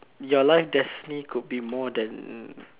your life destiny could be more than